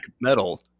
metal